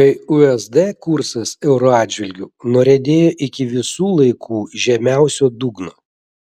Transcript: kai usd kursas euro atžvilgiu nuriedėjo iki visų laikų žemiausio dugno